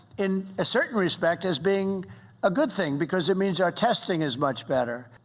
in a certain respect, as being a good thing, because it means our testing is much better.